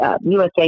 USA